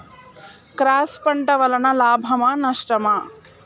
Cross పంట వలన లాభమా నష్టమా?